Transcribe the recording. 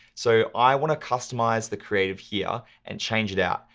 so, i wanna customize the creative here, and change it out.